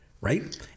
right